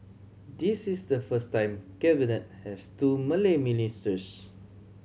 this is the first time Cabinet has two Malay ministers